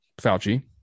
Fauci